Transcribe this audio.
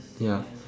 ya